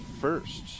first